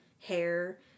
hair